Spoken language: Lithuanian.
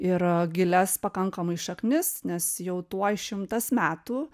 ir gilias pakankamai šaknis nes jau tuoj šimtas metų